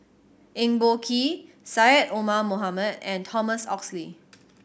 Eng Boh Kee Syed Omar Mohamed and Thomas Oxley